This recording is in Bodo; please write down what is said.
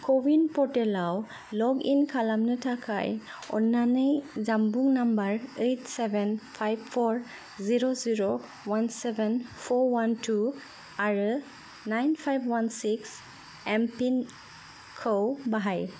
क'विन पर्टेलाव लगइन खालामनो थाखाय अननानै जानबुं number eight seven five four zero zero one seven four one two आरो nine five one six MPIN खौ बाहाय